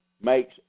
makes